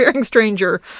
stranger